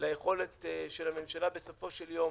ליכולת הממשלה בסופו של יום